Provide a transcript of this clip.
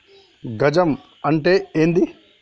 గజం అంటే ఏంది?